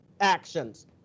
actions